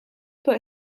put